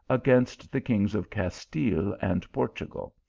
against the kings of castile and portugal,